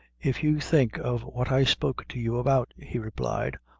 if you'd think of what i spoke to you about, he replied,